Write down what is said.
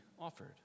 offered